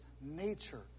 Nature